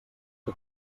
que